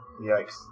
yikes